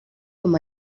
com